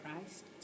Christ